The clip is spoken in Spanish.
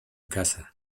casa